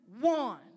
one